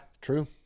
true